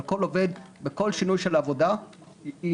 אבל כל עובד ובכל שינוי של עבודה יכול